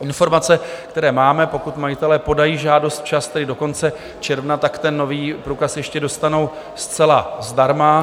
Informace, které máme: pokud majitelé podají žádost včas, tedy do konce června, nový průkaz ještě dostanou zcela zdarma.